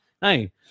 Hey